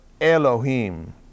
Elohim